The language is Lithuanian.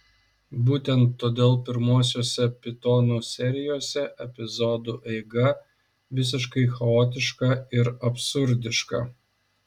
būtent todėl pirmuosiuose pitonų serijose epizodų eiga visiškai chaotiška ir absurdiška